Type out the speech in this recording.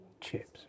Chips